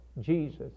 Jesus